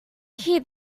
hear